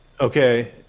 Okay